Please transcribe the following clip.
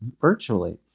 virtually